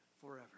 forever